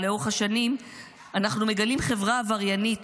לאורך השנים אנחנו מגלים חברה עבריינית